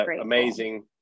amazing